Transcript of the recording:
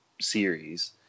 series